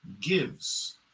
gives